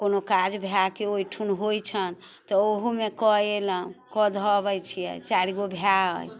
कोनो काज भायके ओहिठुन होइत छनि तऽ ओहोमे कऽ एलहुँ कऽ धऽ अबैत छियै चारि गो भाय अइ